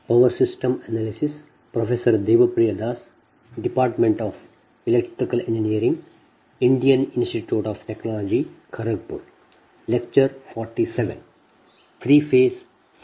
ನಾವು ನಿಮಗಾಗಿ ಒಂದು ಸಾಲನ್ನು ಬರೆಯುತ್ತಿದ್ದೇನೆ ನಾವು ತೆಗೆದುಕೊಂಡ ಈ ಸಮೀಕರಣವು ನಿಮಗೆ 2 b ಸಮೀಕರಣ ತಿಳಿದಿದೆ ΔV Z BUS C f